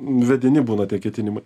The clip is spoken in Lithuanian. vedini būna tie ketinimai